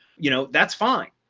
you know, that's fine,